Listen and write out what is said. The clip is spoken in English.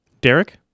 Derek